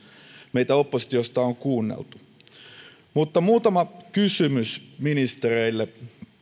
meitä oppositiosta on kuunneltu muutama kysymys ministereille